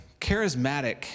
charismatic